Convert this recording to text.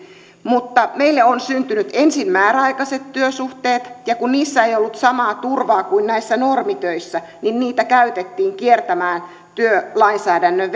mutta meille on syntynyt ensin määräaikaiset työsuhteet ja kun niissä ei ollut samaa turvaa kuin näissä normitöissä niin niitä käytettiin kiertämään työlainsäädännön